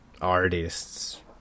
artists